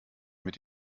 mit